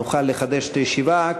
נוכל לחדש את הישיבה.